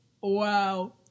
Wow